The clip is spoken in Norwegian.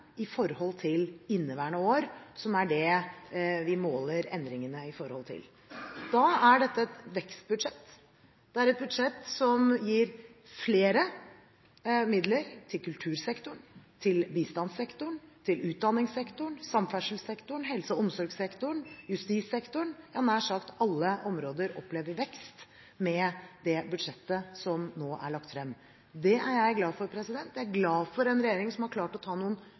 i forhold til. Da er dette et vekstbudsjett. Det er et budsjett som gir flere midler til kultursektoren, bistandssektoren, utdanningssektoren, samferdselssektoren, helse- og omsorgssektoren og justissektoren. Ja, nær sagt alle områder opplever vekst med det budsjettet som nå er lagt frem. Det er jeg glad for. Jeg er glad for en regjering som har klart å foreta noen